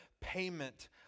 payment